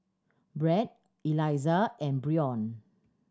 Bret Eliza and Bryon